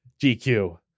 GQ